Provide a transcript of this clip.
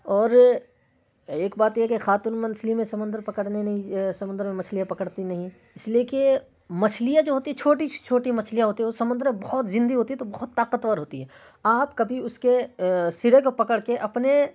اور ایک بات یہ کہ خاتون مچھلی میں سمندر پکڑنے نہیں سمندر میں مچھلیاں پکڑتی نہیں اس لیے کہ مچھلیاں جو ہوتی ہیں چھوٹی سی چھوٹی مچھلیاں ہوتی ہیں وہ سمندر میں بہت زندی ہوتی ہیں تو بہت طاقتور ہوتی ہیں آپ کبھی اس کے سرے کو پکڑ کے اپنے